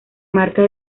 marca